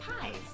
Pies